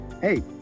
hey